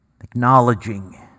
acknowledging